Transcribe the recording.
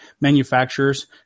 manufacturers